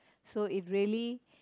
so it really